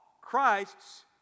Christ's